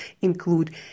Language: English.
include